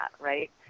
right